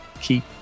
keep